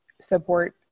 support